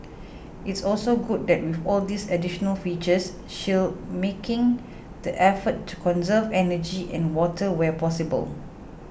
it's also good that with all these additional features Shell's making the effort to conserve energy and water where possible